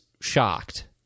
shocked